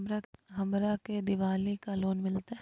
हमरा के दिवाली ला लोन मिलते?